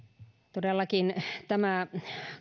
todellakin tämä